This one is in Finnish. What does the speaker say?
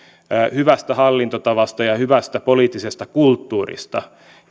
hyvästä hallintotavasta ja hyvästä poliittisesta kulttuurista